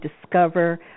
discover